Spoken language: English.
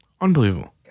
Unbelievable